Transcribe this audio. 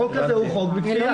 החוק הזה הוא חוק בכפייה.